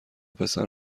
پسر